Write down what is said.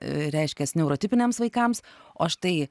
reiškias neurotipiniams vaikams o štai